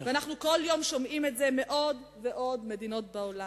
ואנחנו כל יום שומעים את זה מעוד ועוד מדינות בעולם.